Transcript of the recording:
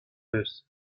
eus